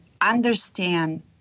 understand